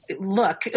look